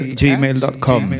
gmail.com